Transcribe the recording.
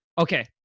Okay